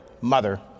mother